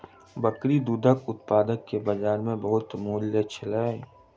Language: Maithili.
बकरी दूधक उत्पाद के बजार में बहुत मूल्य छल